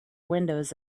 windows